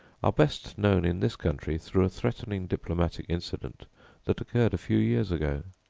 are best known in this country through a threatening diplomatic incident that occurred a few years ago.